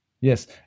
Yes